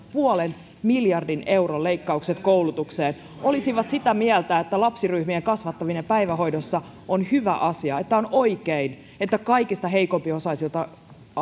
puolen miljardin euron leikkaukset koulutuksesta olisivat sitä mieltä että lapsiryhmien kasvattaminen päivähoidossa on hyvä asia että on oikein että kaikista heikompiosaisilta